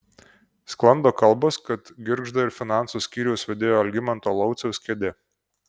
sklando kalbos kad girgžda ir finansų skyriaus vedėjo algimanto lauciaus kėdė